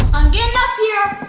getting up here.